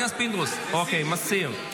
מסיר.